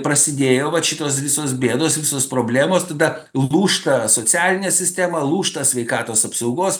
prasidėjo vat šitos visos bėdos visos problemos tada lūžta socialinė sistema lūžta sveikatos apsaugos